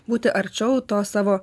būti arčiau tos savo